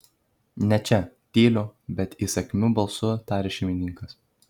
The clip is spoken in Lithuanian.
ne čia tyliu bet įsakmiu balsu taria šeimininkas